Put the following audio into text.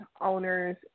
owners